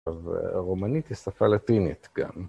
ורומנית היא שפה לטינית גם.